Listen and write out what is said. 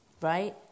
right